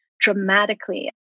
dramatically